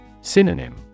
Synonym